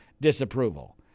disapproval